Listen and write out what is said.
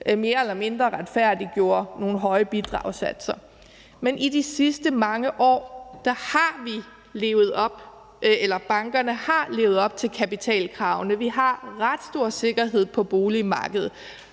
mere eller mindre retfærdiggjorde nogle høje bidragssatser. Men i de sidste mange år har bankerne har levet op til kapitalkravene, og vi har ret stor sikkerhed på boligmarkedet